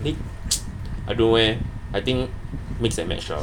I think I don't know leh I think mix and match ah